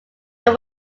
they